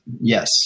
Yes